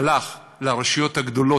הלך לרשויות הגדולות,